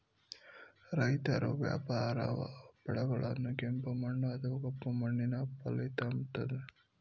ರೈತರು ವ್ಯಾಪಾರ ಬೆಳೆಗಳನ್ನು ಕೆಂಪು ಮಣ್ಣು ಅಥವಾ ಕಪ್ಪು ಮಣ್ಣಿನ ಫಲವತ್ತತೆಯಲ್ಲಿ ಬೆಳೆಯಬಹುದೇ?